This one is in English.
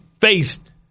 faced